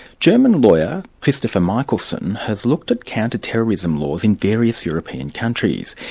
german lawyer christopher michaelsen has looked at counter-terrorism laws in various european countries.